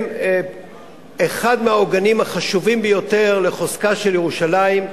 הם אחד מהעוגנים החשובים ביותר לחוזקה של ירושלים,